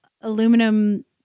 aluminum